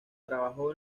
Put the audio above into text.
trabajó